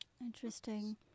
Interesting